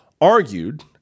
argued